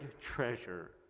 treasure